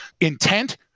intent